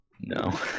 no